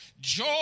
Joy